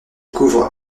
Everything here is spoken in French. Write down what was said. couvre